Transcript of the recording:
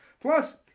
Plus